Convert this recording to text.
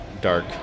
dark